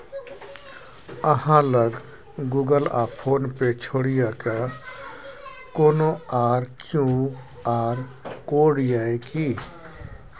अहाँ लग गुगल आ फोन पे छोड़िकए कोनो आर क्यू.आर कोड यै कि?